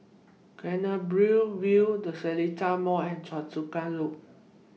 Canberra View The Seletar Mall and Choa Chu Kang Loop